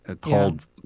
called